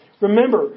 Remember